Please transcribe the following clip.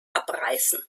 abreißen